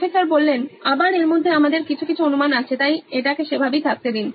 professor আবার এর মধ্যে আমাদের কিছু কিছু অনুমান আছে তাই এটাকে সেভাবেই থাকতে দিন